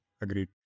Agreed